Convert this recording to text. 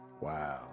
Wow